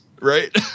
right